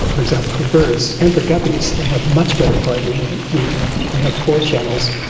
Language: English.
for example, for birds and for guppies, they have much better colour vision then we have. they have four channels,